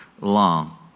long